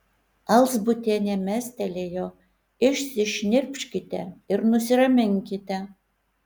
alzbutienė mestelėjo išsišnirpškite ir nusiraminkite